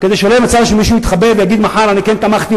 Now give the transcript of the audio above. כדי שלא יהיה מצב שמישהו יתחבא ויגיד מחר: אני כן תמכתי,